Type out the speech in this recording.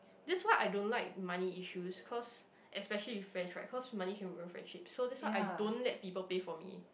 that's what I don't like money issue cause especially with friends right cause money can ruin friendships so that's why I don't let people pay for me